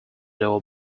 door